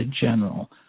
general